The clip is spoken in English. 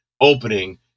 opening